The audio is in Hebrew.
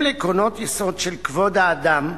בהתאם לעקרונות יסוד של כבוד האדם,